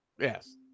Yes